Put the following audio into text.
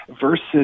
versus